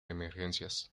emergencias